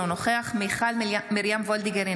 אינו נוכח מיכל מרים וולדיגר,